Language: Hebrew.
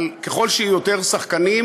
ככל שיהיו יותר שחקנים,